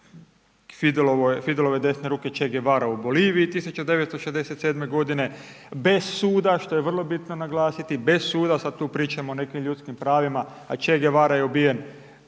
Fidelove desne ruke Che Guevara u Boliviji 1967. godine, bez suda što je vrlo bitno naglasiti, bez suda, sada tu pričamo o nekim ljudskim pravima a Che Guevara je ubijen